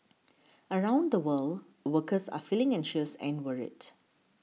around the world workers are feeling anxious and worried